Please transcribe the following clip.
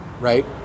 right